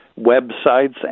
websites